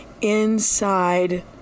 inside